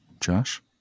Josh